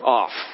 off